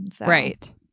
Right